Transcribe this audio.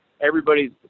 Everybody's